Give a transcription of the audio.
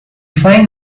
fine